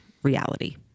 Reality